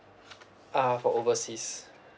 ah for overseas